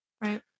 right